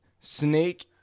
Snake